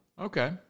okay